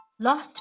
lost